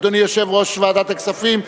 אדוני יושב-ראש ועדת הכספים.